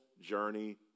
journey